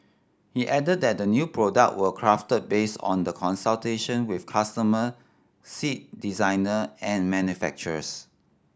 he added that the new product were crafted based on the consultation with customer seat designer and manufacturers